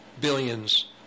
billions